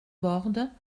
bordes